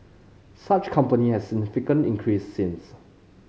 such company has significantly increase since